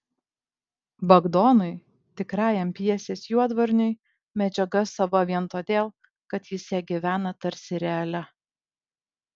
bagdonui tikrajam pjesės juodvarniui medžiaga sava vien todėl kad jis ja gyvena tarsi realia